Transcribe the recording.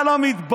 אתה לא מתבייש?